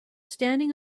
standing